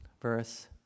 verse